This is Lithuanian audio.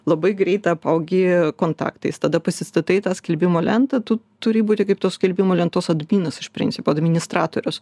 labai greit apaugi kontaktais tada pasistatai tą skelbimų lentą tu turi būti kaip tos skelbimų lentos adminas iš principo administratorius